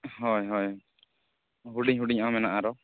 ᱦᱳᱭ ᱦᱳᱭ ᱦᱩᱰᱤᱧ ᱦᱩᱰᱤᱧ ᱧᱚᱜ ᱦᱚᱸ ᱢᱮᱱᱟᱜ ᱟᱨᱦᱚᱸ